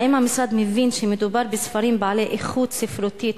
3. האם המשרד מבין שמדובר בספרים בעלי איכות ספרותית